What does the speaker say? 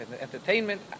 entertainment